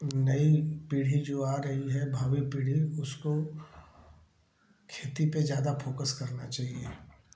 नई पीढ़ी जो आ रही है भावी पीढ़ी उसको खेती पर ज्यादा फोकस करना चाहिए